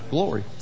Glory